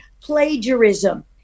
plagiarism